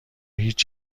هیچ